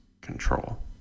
control